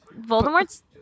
Voldemort's